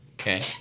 Okay